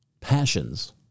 passions